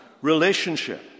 relationship